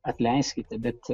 atleiskite bet